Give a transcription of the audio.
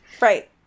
Right